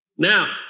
Now